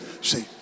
See